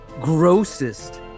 grossest